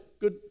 Good